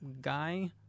Guy